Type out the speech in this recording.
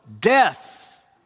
death